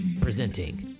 presenting